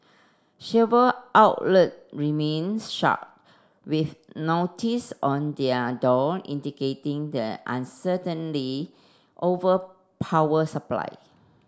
several outlet remained shut with notice on their door indicating the uncertainly over power supply